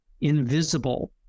invisible